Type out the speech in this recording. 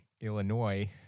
Illinois